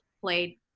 played